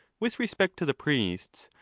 with respect to the priests,